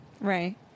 Right